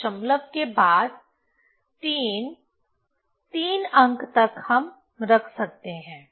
दशमलव के बाद 3 3 अंक तक हम रख सकते हैं